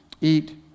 eat